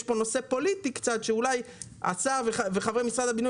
יש קצת נושא פוליטי שאולי השר וחברי משרד הבינוי